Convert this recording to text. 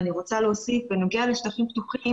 ואני רוצה להוסיף: בנוגע לשטחים הפתוחים